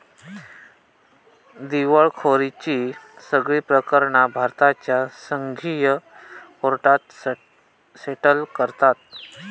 दिवळखोरीची सगळी प्रकरणा भारताच्या संघीय कोर्टात सेटल करतत